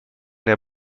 der